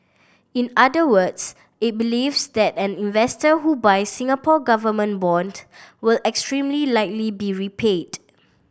in other words it believes that an investor who buys Singapore Government bond will extremely likely be repaid